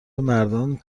مردان